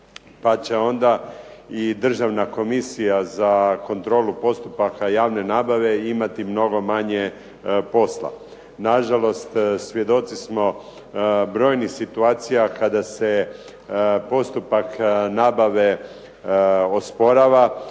pa će onda i Državna komisija za kontrolu postupaka javne nabave imati mnogo manje posla. Nažalost svjedoci smo brojnih situacija kada se postupak nabave osporava